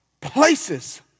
places